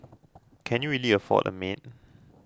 can you really afford a maid